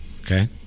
okay